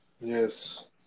Yes